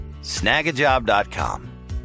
Snagajob.com